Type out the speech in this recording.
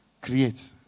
create